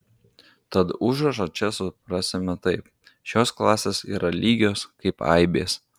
tad užrašą čia suprasime taip šios klasės yra lygios kaip aibės